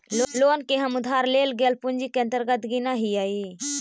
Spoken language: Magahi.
लोन के हम उधार लेल गेल पूंजी के अंतर्गत गिनऽ हियई